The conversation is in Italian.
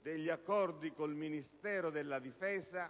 degli accordi con il Ministero della difesa